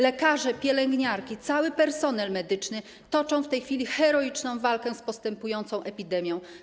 Lekarze, pielęgniarki, cały personel medyczny, toczą w tej chwili heroiczną walkę z postępującą epidemią.